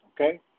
okay